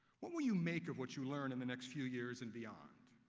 what will you make of what you learn in the next few years and beyond?